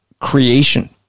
creation